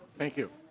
thank you.